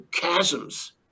chasms